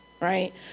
Right